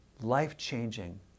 life-changing